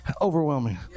Overwhelming